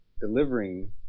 delivering